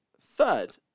third